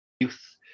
youth